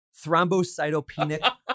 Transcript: thrombocytopenic